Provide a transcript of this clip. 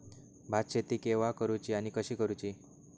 भात शेती केवा करूची आणि कशी करुची?